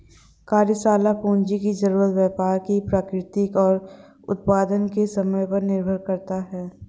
कार्यशाला पूंजी की जरूरत व्यापार की प्रकृति और उत्पादन के समय पर निर्भर करता है